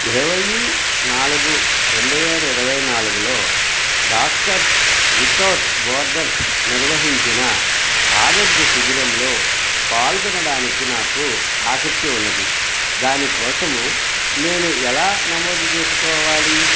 ఇరవై నాలుగు రెండు వేల ఇరవై నాలుగులో డాక్టర్స్ వితౌట్ బోర్డర్స్ నిర్వహించిన ఆరోగ్య శిబిరంలో పాల్గొనడానికి నాకు ఆసక్తి ఉన్నది దాని కోసము నేను ఎలా నమోదు చేసుకోవాలి